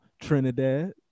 Trinidad